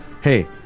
Hey